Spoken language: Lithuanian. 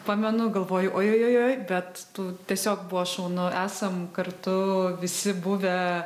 pamenu galvoju oi oi oi bet tiesiog buvo šaunu esam kartu visi buvę